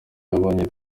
yabonye